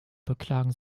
beklagen